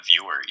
viewer